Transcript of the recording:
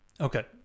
Okay